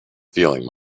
feeling